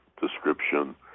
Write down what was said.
description